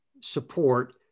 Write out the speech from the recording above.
support